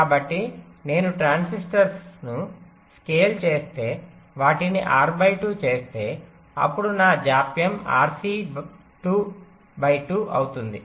కాబట్టి నేను ట్రాన్సిస్టర్ను స్కేల్ చేస్తే వాటిని R2 చేస్తే అప్పుడు నా జాప్యం RC 2అవుతుంది